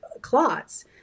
clots